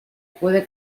puede